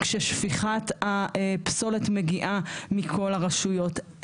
כששפיכת הפסולת מגיעה מכל הרשויות.